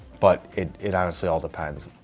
but it it honestly all depends.